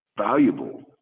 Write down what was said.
valuable